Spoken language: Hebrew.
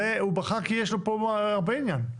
הוא בחר כי יש לו פה הרבה עניין.